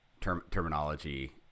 terminology